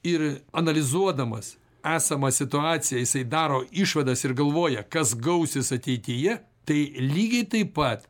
ir analizuodamas esamą situaciją jisai daro išvadas ir galvoja kas gausis ateityje tai lygiai taip pat